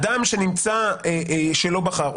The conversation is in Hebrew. אדם שלא בחר,